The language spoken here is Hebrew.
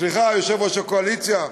סליחה, יושב-ראש הקואליציה,